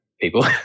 people